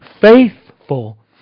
faithful